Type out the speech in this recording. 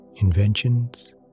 inventions